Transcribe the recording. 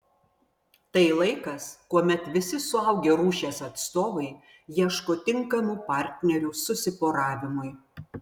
tai laikas kuomet visi suaugę rūšies atstovai ieško tinkamų partnerių susiporavimui